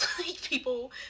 People